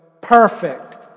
perfect